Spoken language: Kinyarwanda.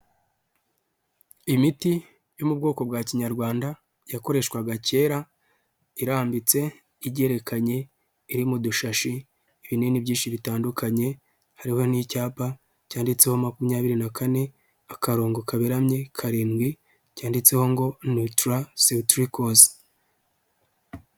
Imiti yo mu bwoko bwa kinyarwanda yakoreshwaga kera irambitse igerekanye iri mu dushashi ibinini byinshi bitandukanye harimo n'icyapa cyanditseho makumyabiri na kane akarongo kaberamye karindwi cyanditseho ngo niyutara setirikozi.